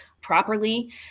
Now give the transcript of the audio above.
properly